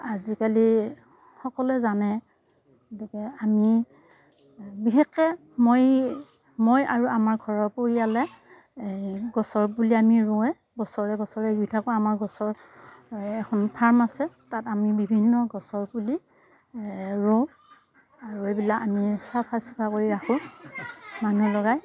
আজি কালি সকলোৱে জানে গতিকে আমি বিশেষকৈ মই মই আৰু আমাৰ ঘৰৰ পৰিয়ালে এই গছৰ পুলি আমি ৰুৱেই বছৰে বছৰে ৰুই থাকো আমাৰ গছৰ এখন ফাৰ্ম আছে তাত আমি বিভিন্ন গছৰ পুলি ৰুওঁ আৰু এইবিলাক আমি চাফা টাফা কৰি ৰাখো মানুহ লগাই